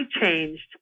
changed